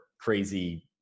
crazy